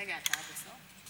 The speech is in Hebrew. רגע, אתה עד הסוף?